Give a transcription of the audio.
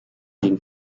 gegen